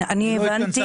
אני הבנתי